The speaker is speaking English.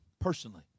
personally